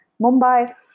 Mumbai